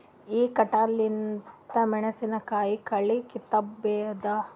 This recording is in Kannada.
ಈ ಕಂಟಿಲಿಂದ ಮೆಣಸಿನಕಾಯಿ ಕಳಿ ಕಿತ್ತಬೋದ?